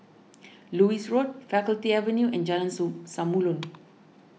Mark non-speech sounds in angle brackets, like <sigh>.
Lewis Road Faculty Avenue and Jalan <noise> Samulun